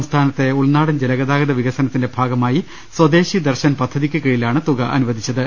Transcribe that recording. സംസ്ഥാ നത്തെ ഉൾനാടൻ ജലഗതാഗത വികസനത്തിന്റെ ഭാഗമായി സ്വദേശി ദർശൻ പദ്ധതിക്ക് കീഴിലാണ് തുക അനുവദിച്ചത്